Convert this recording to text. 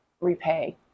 repay